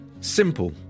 Simple